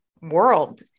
world